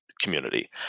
community